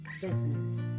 business